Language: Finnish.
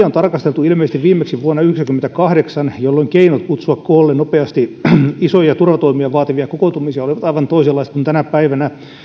on tarkasteltu ilmeisesti viimeksi vuonna yhdeksänkymmentäkahdeksan jolloin keinot kutsua nopeasti koolle isoja turvatoimia vaativia kokoontumisia olivat aivan toisenlaiset kuin tänä päivänä